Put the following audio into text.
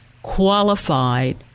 qualified